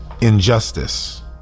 injustice